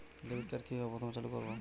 Debit card কিভাবে প্রথমে চালু করব?